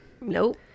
nope